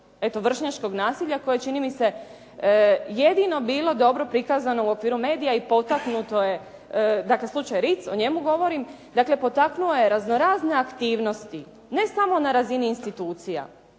eto vršnjačkog nasilja koje čini mi se jedino bilo dobro prikazano u okviru medija i potaknuto je, dakle slučaj Ritz, o njemu govorim. Dakle potaknuo je raznorazne aktivnosti, ne samo na razini institucija,